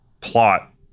plot